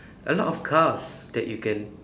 a lot of cars that you can